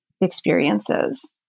experiences